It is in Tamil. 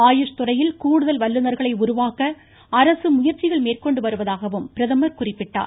ஆயுஷ் துறையில் கூடுதல் வல்லுநர்களை உருவாக்க அரசு முயற்சிகள் மேற்கொண்டு வருவதாகவும் பிரதமர் குறிப்பிட்டார்